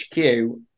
HQ